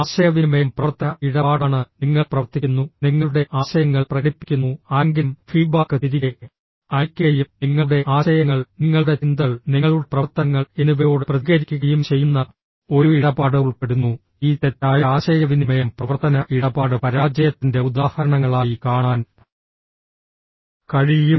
ആശയവിനിമയം പ്രവർത്തന ഇടപാടാണ് നിങ്ങൾ പ്രവർത്തിക്കുന്നു നിങ്ങളുടെ ആശയങ്ങൾ പ്രകടിപ്പിക്കുന്നു ആരെങ്കിലും ഫീഡ്ബാക്ക് തിരികെ അയയ്ക്കുകയും നിങ്ങളുടെ ആശയങ്ങൾ നിങ്ങളുടെ ചിന്തകൾ നിങ്ങളുടെ പ്രവർത്തനങ്ങൾ എന്നിവയോട് പ്രതികരിക്കുകയും ചെയ്യുന്ന ഒരു ഇടപാട് ഉൾപ്പെടുന്നു ഈ തെറ്റായ ആശയവിനിമയം പ്രവർത്തന ഇടപാട് പരാജയത്തിന്റെ ഉദാഹരണങ്ങളായി കാണാൻ കഴിയും